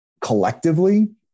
collectively